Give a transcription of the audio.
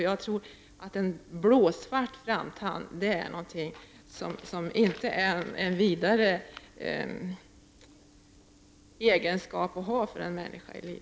Jag tror inte att det är något vidare för en människa att ha en blåsvart framtand.